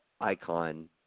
icon